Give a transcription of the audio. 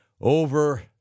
over